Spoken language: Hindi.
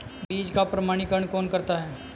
बीज का प्रमाणीकरण कौन करता है?